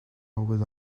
always